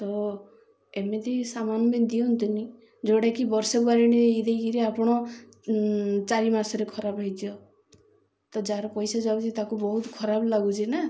ତ ଏମିତି ସାମାନ ବି ଦିଅନ୍ତୁନି ଯେଉଁଟାକି ବର୍ଷେ ୱାରେଣ୍ଟି ଦେଇକିରି ଆପଣ ଚାରି ମାସରେ ଖରାପ ହେଇଯାଉ ତ ଯାହାର ପଇସା ଯାଉଛି ତାକୁ ବହୁତ ଖରାପ ଲାଗୁଛି ନା